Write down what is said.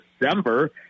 December